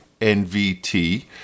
NVT